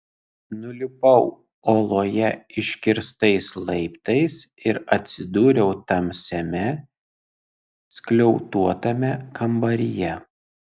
nulipau uoloje iškirstais laiptais ir atsidūriau tamsiame skliautuotame kambaryje